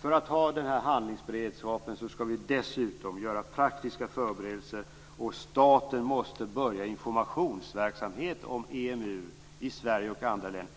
För att ha den här handlingsberedskapen skall vi dessutom göra praktiska förberedelser, och staten måste börja informationsverksamhet om EMU i Sverige och andra länder.